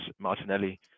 Martinelli